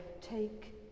take